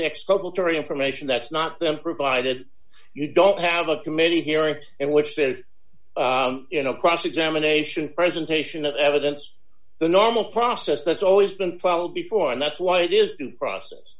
exculpatory information that's not then provided you don't have a committee hearing in which there is you know cross examination presentation of evidence the normal process that's always been filed before and that's why it is due process